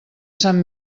sant